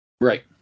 Right